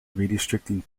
redistricting